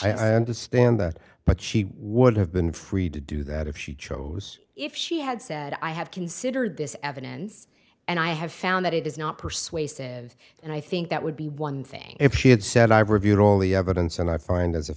i understand that but she would have been free to do that if she chose if she had said i have considered this evidence and i have found that it is not persuasive and i think that would be one thing if she had said i've reviewed all the evidence and i find as a